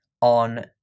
on